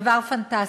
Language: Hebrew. דבר פנטסטי.